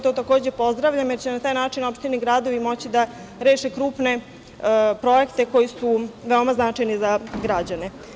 To, takođe, pozdravljam jer će na taj način opštine i gradovi moći da reše krupne projekte koji su veoma značajni za građane.